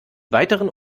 weiteren